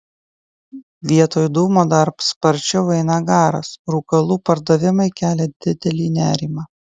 vietoj dūmo dar sparčiau eina garas rūkalų pardavimai kelia didelį nerimą